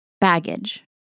baggage